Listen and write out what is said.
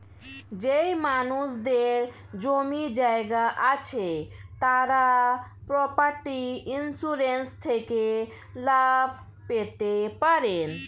যেই মানুষদের জমি জায়গা আছে তারা প্রপার্টি ইন্সুরেন্স থেকে লাভ পেতে পারেন